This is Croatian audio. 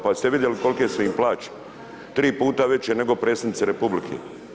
Pa jeste li vidjeli kolike su im plaće? tri puta veće nego Predsjednici Republike.